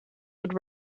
would